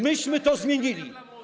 Myśmy to zmienili.